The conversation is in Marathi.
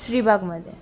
श्री बागमध्ये